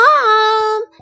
Mom